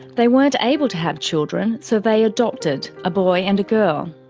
they weren't able to have children so they adopted a boy and a girl.